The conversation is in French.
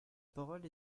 parole